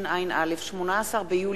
התשע”א 2011,